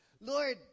Lord